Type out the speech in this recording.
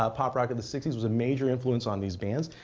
ah pop rock in the sixty s was a major influence on these bands.